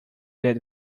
that